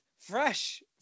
fresh